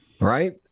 right